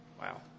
Wow